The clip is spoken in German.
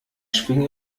schwinge